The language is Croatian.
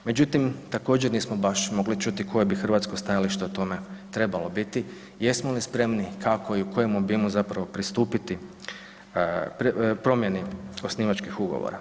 Međutim, također nismo baš mogli čuti koje bi hrvatsko stajalište o tome trebalo biti, jesmo li spremni, kako i u kojem obimu zapravo pristupiti promjeni osnivačkih ugovora.